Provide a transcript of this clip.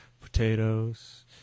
potatoes